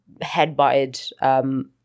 headbutted